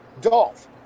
Dolph